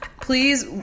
Please